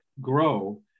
grow